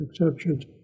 exceptions